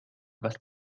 was